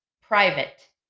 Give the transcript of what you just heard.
private